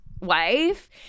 wife